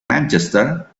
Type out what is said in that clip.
manchester